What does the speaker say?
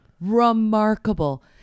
remarkable